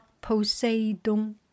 Poseidon